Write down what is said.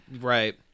right